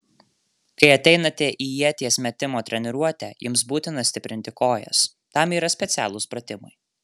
kai ateinate į ieties metimo treniruotę jums būtina stiprinti kojas tam yra specialūs pratimai